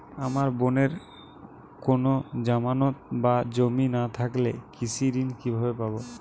আমার বোনের কোন জামানত বা জমি না থাকলে কৃষি ঋণ কিভাবে পাবে?